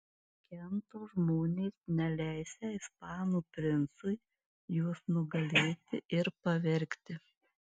kento žmonės neleisią ispanų princui juos nugalėti ir pavergti